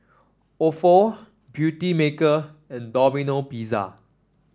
Ofo Beautymaker and Domino Pizza